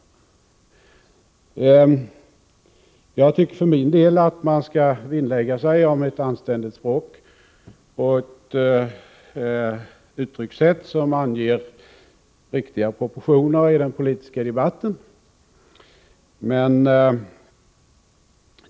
TE C Jag tycker för min del att man bör vinnlägga sig om ett anständigt språk och REAGAN RS: m.m. ett uttryckssätt som ger riktiga proportioner i den politiska debatten.